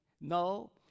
No